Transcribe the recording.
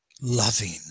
Loving